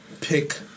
pick